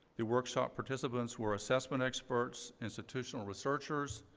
the workshop participants were assessment experts, institutional researchers,